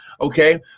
okay